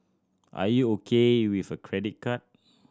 are you okay with a credit card